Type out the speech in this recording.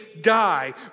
die